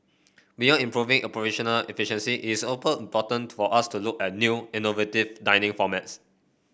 beyond improving operational efficiency is to for us to look at new innovative dining formats